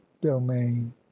domain